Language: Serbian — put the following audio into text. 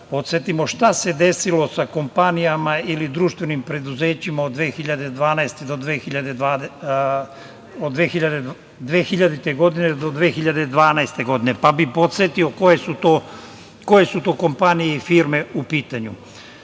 podsetimo šta se desilo sa kompanijama ili društvenim preduzećima od 2000. do 2012. godine. Podsetio bih koje su to kompanije i firme u pitanju: